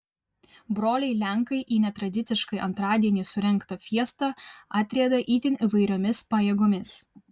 broliai lenkai į netradiciškai antradienį surengtą fiestą atrieda itin įvairiomis pajėgomis